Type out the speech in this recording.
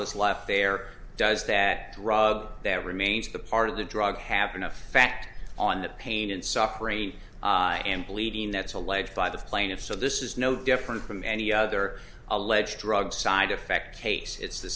was left there does that drug that remains the part of the drug have an effect on the pain and suffering and bleeding that's alleged by the plaintiffs so this is no different from any other alleged drug side effect case it's the